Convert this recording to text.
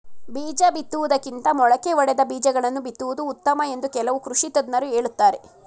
ಬೀಜ ಬಿತ್ತುವುದಕ್ಕಿಂತ ಮೊಳಕೆ ಒಡೆದ ಬೀಜಗಳನ್ನು ಬಿತ್ತುವುದು ಉತ್ತಮ ಎಂದು ಕೆಲವು ಕೃಷಿ ತಜ್ಞರು ಹೇಳುತ್ತಾರೆ